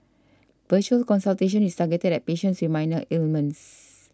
virtual consultation is targeted at patients with minor ailments